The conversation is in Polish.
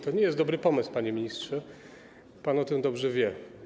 To nie jest dobry pomysł, panie ministrze, pan o tym dobrze wie.